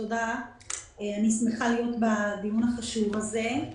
אני שמחה להיות בדיון החשוב הזה.